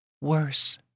Worse